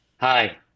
Hi